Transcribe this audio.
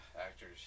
actors